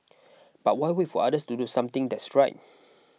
but why wait for others to do something that's right